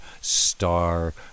star